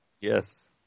Yes